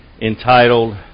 entitled